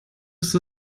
ist